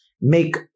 make